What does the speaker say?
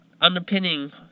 underpinning